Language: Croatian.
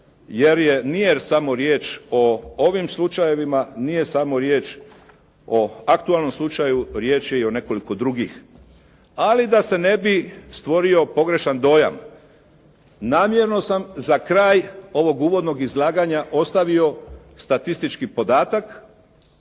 jer nije samo riječ o ovim slučajevima, nije samo riječ o aktualnom slučaju, riječ je i o nekoliko drugih. Ali da se ne bi stvorio pogrešan dojam, namjerno sam za kraj ovog uvodnog izlaganja ostavio statistički podatak.